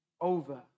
over